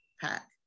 pack